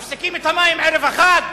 מפסיקים את המים ערב החג?